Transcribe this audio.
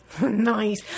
nice